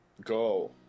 Go